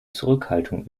zurückhaltung